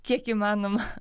kiek įmanoma